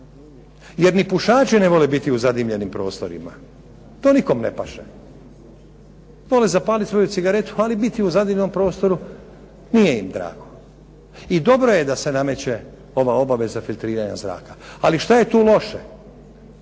Jer ni pušači ne vole biti u zadimljenim prostorima. To nikom ne paše. Vole zapalit svoju cigaretu, ali biti u zadimljenom prostoru nije im drago. I dobro je da se nameće ova obaveza filtriranja zraka. Ali šta je tu loše?